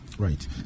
Right